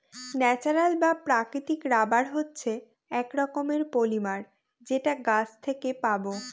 natural বা প্রাকৃতিক rubber হচ্ছে এক রকমের পলিমার যেটা গাছ থেকে পাবো